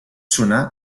sonar